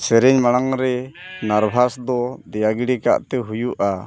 ᱥᱮᱨᱮᱧ ᱢᱟᱲᱟᱝ ᱨᱮ ᱫᱚ ᱫᱮᱭᱟ ᱜᱤᱰᱤ ᱠᱟᱜᱛᱮ ᱦᱩᱭᱩᱜᱼᱟ